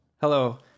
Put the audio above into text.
Hello